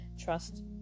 trust